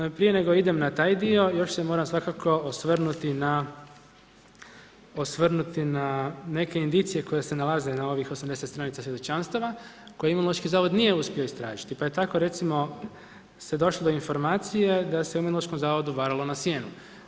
Prije nego idem na taj dio, još se moram svakako osvrnuti na neke indicije koje se nalaze na ovih 80 stranica svjedočanstava koje Imunološki zavod nije uspio istražiti, pa je tako recimo se došlo do informacije da se u Imunološkom zavodu varalo na sijenu.